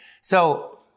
So-